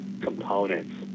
components